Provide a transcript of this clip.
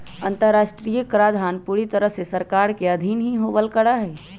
अन्तर्राष्ट्रीय कराधान पूरी तरह से सरकार के अधीन ही होवल करा हई